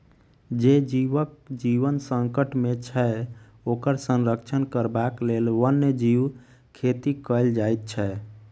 जे जीवक जीवन संकट मे छै, ओकर संरक्षण करबाक लेल वन्य जीव खेती कयल जाइत छै